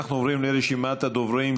אנחנו עוברים לרשימת הדוברים.